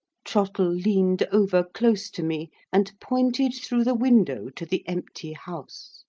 trottle leaned over close to me, and pointed through the window to the empty house.